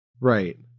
Right